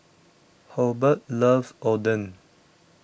Hobart loves Oden